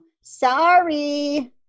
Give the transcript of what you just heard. sorry